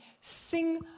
Sing